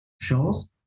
shows